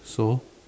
so